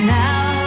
now